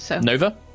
Nova